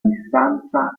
distanza